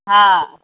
હા